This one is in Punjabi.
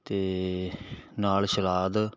ਅਤੇ ਨਾਲ ਸਲਾਦ